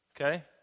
Okay